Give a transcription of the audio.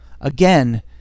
Again